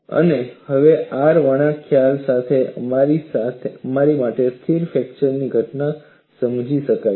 અને હવે આર વળાંક ખ્યાલ સાથે અમારા માટે સ્થિર ફ્રેક્ચર ની ઘટના સમજાવવી શક્ય છે